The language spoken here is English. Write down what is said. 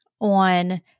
on